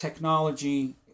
Technology